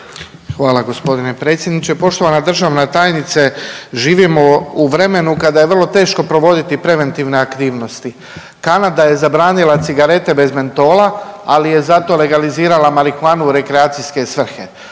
Hvala gospodine predsjedniče. Poštovana državna tajnice živimo u vremenu kada je vrlo teško provoditi preventivne aktivnosti. Kanada je zabranila cigarete bez mentola, ali je zato legalizirala marihuanu u rekreacijske svrhe.